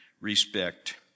respect